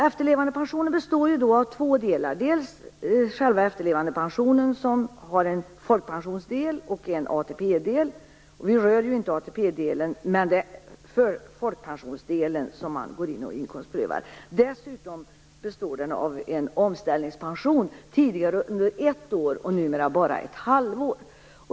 Efterlevandepensionen består av två delar. Den ena delen är själva efterlevandepensionen som har en folkpensionsdel och en ATP-del. Vi rör ju inte ATP delen. Det är folkpensionsdelen som inkomstprövas. Dessutom har vi den del som är omställningspensionen som tidigare gällde under ett år, numera bara ett halvår.